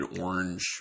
orange